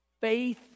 Faith